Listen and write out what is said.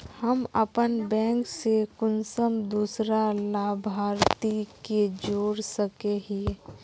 हम अपन बैंक से कुंसम दूसरा लाभारती के जोड़ सके हिय?